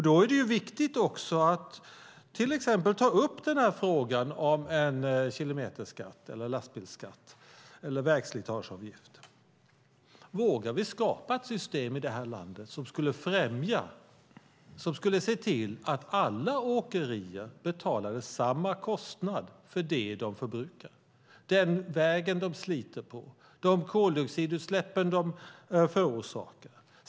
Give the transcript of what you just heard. Då är det viktigt att till exempel ta upp frågan om en kilometerskatt, lastbilsskatt eller vägslitageavgift. Vågar vi skapa ett system i det här landet som skulle främja att alla åkerier betalar samma kostnad för det de förbrukar, den väg de sliter på, de koldioxidutsläpp de förorsakar?